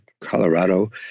Colorado